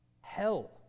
Hell